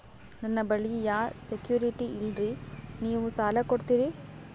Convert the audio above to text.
ನನ್ನ ಬಳಿ ಯಾ ಸೆಕ್ಯುರಿಟಿ ಇಲ್ರಿ ನೀವು ಸಾಲ ಕೊಡ್ತೀರಿ?